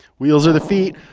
wheels are the feet,